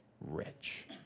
rich